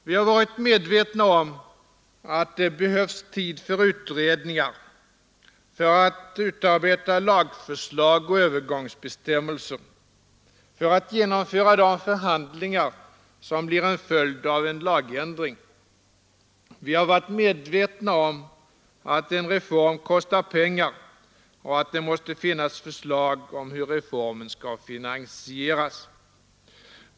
Vi har varit medvetna om att det behövs tid för utredningar, för att utarbeta lagförslag och övergångsbestämmelser, för att genomföra de förhandlingar som blir en följd av en lagändring. Vi har varit medvetna om att en reform kostar pengar och att det måste finnas förslag om hur den skall finansieras.